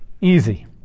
Easy